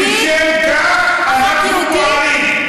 ולשם כך אנחנו פועלים.